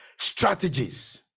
strategies